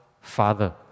father